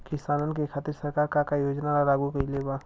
किसानन के खातिर सरकार का का योजना लागू कईले बा?